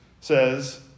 says